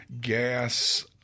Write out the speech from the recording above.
gas